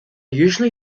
usually